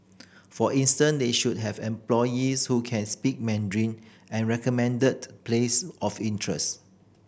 for instance they should have employees who can speak Mandarin and recommended place of interest